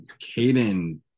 Caden